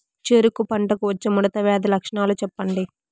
చెరుకు పంటకు వచ్చే ముడత వ్యాధి లక్షణాలు చెప్పండి?